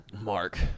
Mark